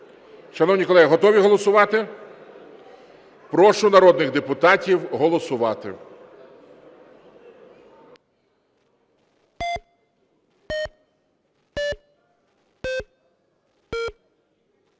Шановні колеги, готові голосувати? Прошу народних депутатів голосувати.